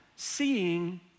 Seeing